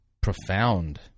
profound